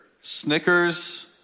Snickers